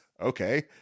Okay